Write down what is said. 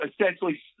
essentially